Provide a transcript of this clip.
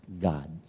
God